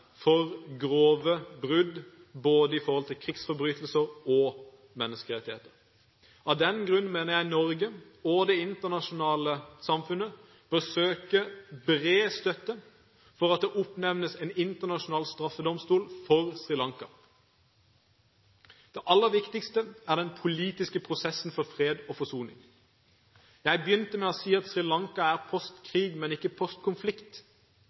for grove brudd både i forhold til krigsforbrytelser og menneskerettigheter. Av den grunn mener jeg Norge og det internasjonale samfunnet bør søke bred støtte for at det oppnevnes en internasjonal straffedomstol for Sri Lanka. Det aller viktigste er den politiske prosessen for fred og forsoning. Jeg begynte med å si at Sri Lanka er post-krig, men ikke